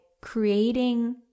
creating